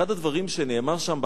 ואחד הדברים שנאמר שם,